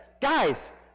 guys